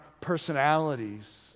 personalities